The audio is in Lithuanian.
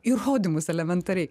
įrodymus elementariai